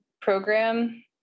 program